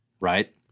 right